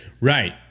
right